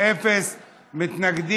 התשע"ח 2018,